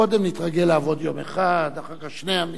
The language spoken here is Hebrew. קודם נתרגל לעבוד יום אחד, אחר כך שני ימים,